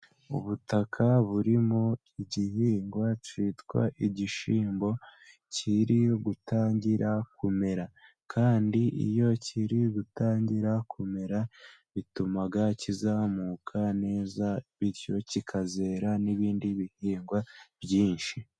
Ubutaka burimo igihingwa cyitwa igishyimbo kiri gutangira kumera, kandi iyo kiri gutangira kumera bituma kizamuka neza bityo kikazera n'ibindi bihingwa byinshi.